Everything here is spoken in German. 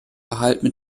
verhalten